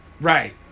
Right